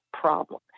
problem